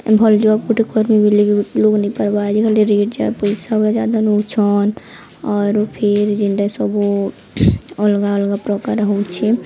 ଭଲ୍ ଜବ୍ ଗୁଟେ କର୍ମି ବଏଲେ ବି ନେଇ ପାର୍ବା ଆଜିକାଲି ରେଟ୍ ଯା ପଏସା ଗଦା ଗଦା ନଉଛନ୍ ଆରୁ ଫିର୍ ଯେନ୍ଟା ସବୁ ଅଲ୍ଗା ଅଲ୍ଗା ପ୍ରକାର୍ ହଉଛେ